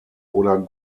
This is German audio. oder